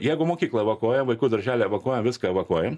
jeigu mokyklą evakuoja vaikų darželio evakuoja viską evakuojam